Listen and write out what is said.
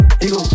Ego